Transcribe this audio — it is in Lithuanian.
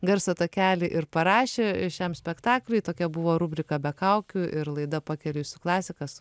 garso takelį ir parašė šiam spektakliui tokia buvo rubrika be kaukių ir laida pakeliui klasika